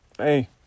Hey